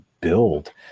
build